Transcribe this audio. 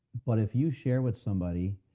but if you share with somebody